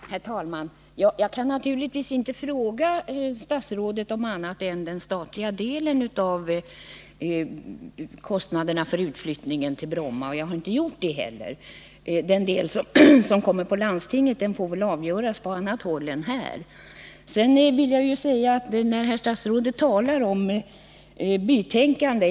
Herr talman! Jag kan naturligtvis inte fråga statsrådet om annat än den statliga delen av kostnaderna för utflyttningen till Arlanda, och jag har inte heller gjort det. Frågan om den del som kommer på landstinget får väl avgöras på annat håll. Statsrådet talar om bytänkande.